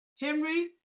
Henry